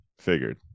figured